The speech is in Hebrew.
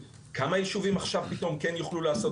כמה יישובים עכשיו פתאום כן יוכלו לעשות